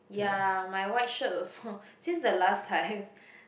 ya my white shirt also since the last time